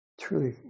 truly